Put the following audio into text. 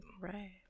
Right